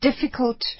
difficult